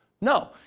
No